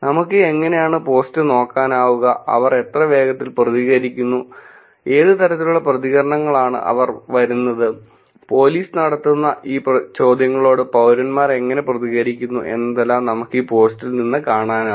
നമുക്ക് എങ്ങനെയാണ് പോസ്റ്റ് നോക്കാനാവുക അവർ എത്ര വേഗത്തിൽ പ്രതികരിക്കുന്നു ഏത് തരത്തിലുള്ള പ്രതികരണങ്ങളാണ് അവർ വരുന്നത് പോലീസ് നടത്തുന്ന ഈ ചോദ്യങ്ങളോട് പൌരന്മാർ എങ്ങനെ പ്രതികരിക്കുന്നു എന്നതെല്ലാം നമുക്കീ പോസ്റ്റിൽ നിന്ന് കാണാനാവും